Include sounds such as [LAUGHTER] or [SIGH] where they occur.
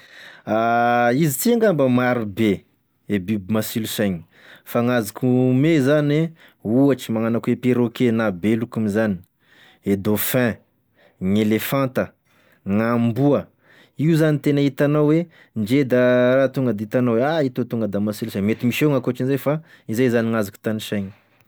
[HESITATION] Izy ity ngamba marobe, e biby masilo saigny, fa gn'azoko ome zany e ohatry magnano ako e perroquet na belokony zany, e dauphin, gn' elefanta, gn'amboa, io zany tena hitanao hoe ndre da raha [HESITATION] tonga da hitanao ah itoa tonga da masilo say, mety miseho gn'ankoatran'izay fa izay zany gn'azoko tanisainy.